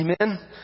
Amen